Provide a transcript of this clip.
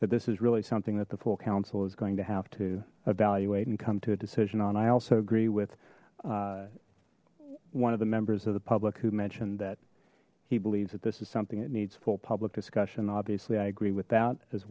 that this is really something that the full council is going to have to evaluate and come to a decision on i also agree with one of the members of the public who mentioned that he believes that this is something that needs full public discussion obviously i agree with that as